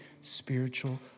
spiritual